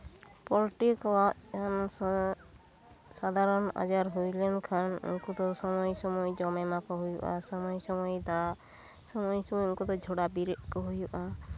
poultry ᱠᱚᱣᱟᱜ ᱥᱟᱫᱷᱟᱨᱚᱱ ᱟᱡᱟᱨ ᱦᱩᱭ ᱞᱮᱱᱠᱷᱟᱱ ᱩᱱᱠᱩ ᱫᱚ ᱥᱚᱢᱚᱭ ᱥᱚᱢᱚᱭ ᱡᱚᱢ ᱮᱢᱟᱠᱚ ᱦᱩᱭᱩᱜᱼᱟ ᱥᱚᱢᱚᱭ ᱥᱚᱢᱚᱭ ᱫᱟᱜ ᱥᱚᱢᱚᱭ ᱥᱚᱢᱚᱭ ᱩᱱᱠᱩ ᱫᱚ ᱡᱷᱚᱲᱟ ᱵᱮᱨᱮᱫ ᱠᱚ ᱦᱩᱭᱩᱜᱼᱟ